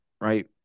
right